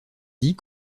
dit